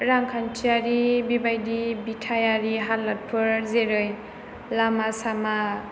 रांखान्थियारि बेबादि बिथायारि हालोदफोर जेरै लामा सामा